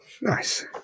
Nice